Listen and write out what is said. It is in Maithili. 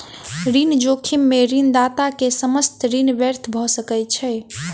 ऋण जोखिम में ऋणदाता के समस्त ऋण व्यर्थ भ सकै छै